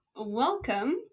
Welcome